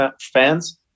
fans